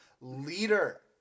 leader